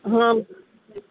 ಹಾಂ